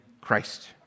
Christ